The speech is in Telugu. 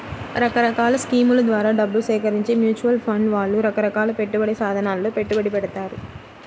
రకరకాల స్కీముల ద్వారా డబ్బు సేకరించి మ్యూచువల్ ఫండ్ వాళ్ళు రకరకాల పెట్టుబడి సాధనాలలో పెట్టుబడి పెడతారు